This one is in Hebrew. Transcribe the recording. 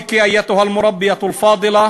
(אומר דברים בשפה הערבית, להלן תרגומם: